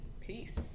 Peace